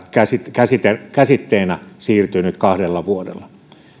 käsitteenä käsitteenä siirtyy nyt kahdella vuodella